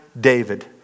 David